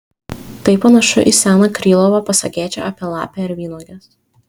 tai panašu į seną krylovo pasakėčią apie lapę ir vynuoges